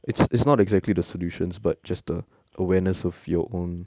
it's it's not exactly the solutions but just the awareness of your own